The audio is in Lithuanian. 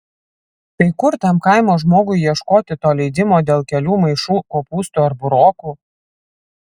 tai kur tam kaimo žmogui ieškoti to leidimo dėl kelių maišų kopūstų ar burokų